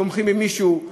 תומכים במישהו,